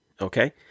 Okay